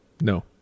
No